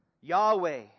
Yahweh